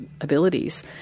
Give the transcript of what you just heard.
abilities